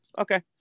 Okay